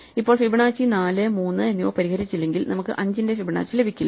ഇപ്പോൾ ഫിബൊനാച്ചി 4 3 എന്നിവ പരിഹരിച്ചില്ലെങ്കിൽ നമുക്ക് അഞ്ചിന്റെ ഫിബൊനാച്ചി ലഭിക്കില്ല